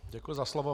Děkuji za slovo.